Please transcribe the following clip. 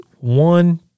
One